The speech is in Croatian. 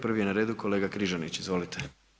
Prvi je na redu kolega Križanić, izvolite.